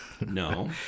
No